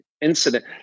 incident